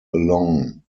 along